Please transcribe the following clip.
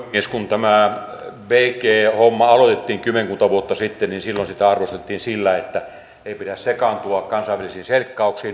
kun tämä bg homma aloitettiin kymmenkunta vuotta sitten niin silloin sitä arvosteltiin sillä että ei pidä sekaantua kansainvälisiin selkkauksiin